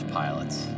pilots